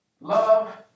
Love